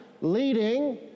leading